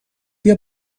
بیا